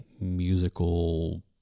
musical